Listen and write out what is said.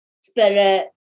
Spirit